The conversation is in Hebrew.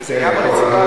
זה עניין מוניציפלי.